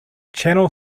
channel